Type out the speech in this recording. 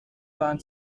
waren